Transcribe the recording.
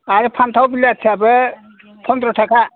आरो फान्थाव बिलाथियाबो पन्द्र' थाखा